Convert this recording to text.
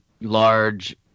large